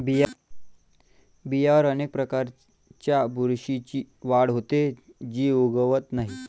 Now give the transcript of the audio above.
बियांवर अनेक प्रकारच्या बुरशीची वाढ होते, जी उगवत नाही